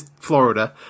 Florida